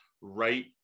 right